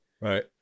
right